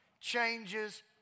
changes